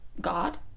God